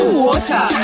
water